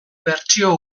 bertsio